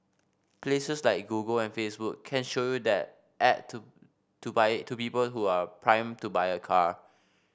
places like Google and Facebook can show you that ad to to by to people who are primed to buy a car